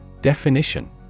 Definition